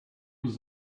was